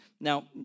Now